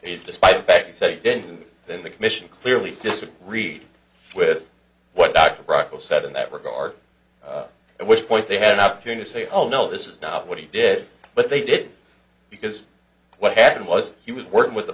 he despite the fact said he didn't then the commission clearly disagreed with what dr rocco said in that regard and which point they had an opportunity say oh no this is not what he did but they did because what happened was he was working with the